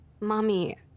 Mommy